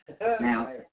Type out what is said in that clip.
Now